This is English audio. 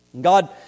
God